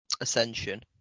Ascension